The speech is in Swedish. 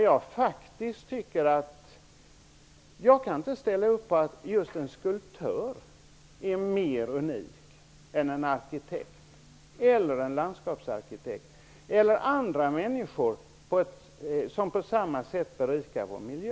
Jag kan inte ställa mig bakom att just en skulptör är mer unik än en arkitekt, en landskapsarkitekt eller andra människor som på motsvarande sätt berikar vår miljö.